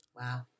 Wow